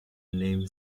name